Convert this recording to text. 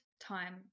time